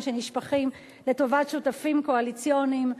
שנשפכים לטובת שותפים קואליציוניים,